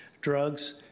drugs